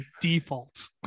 default